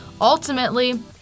ultimately